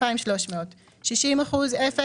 2,300 60% מס קניה: אפס,